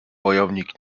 wojownik